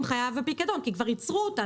ב"חייב בפיקדון" כי כבר ייצרו אותם,